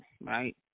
Right